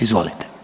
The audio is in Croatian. Izvolite.